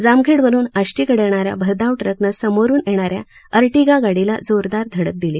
जामखेडवरुन आष्टीकडे येणाऱ्या भरधाव ट्रकनं समोरून येणाऱ्या अर्टिगा गाडीला जोरदार धडक दिली